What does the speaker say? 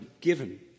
given